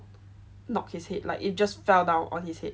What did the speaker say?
knocked his head like it just fell down on his head